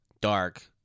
dark